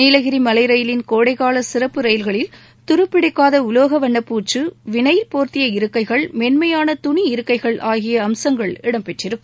நீலகிரி மலை ரயிலின் கோடைகால சிறப்பு ரயில்களில் துருப்பிடிக்காக உலோக வண்ணப்பூச்சு வினைல் போர்த்திய இருக்கைகள் மென்மையான துணி இருக்கைகள் ஆகிய அம்சங்கள் இடம்பெற்றிருக்கும்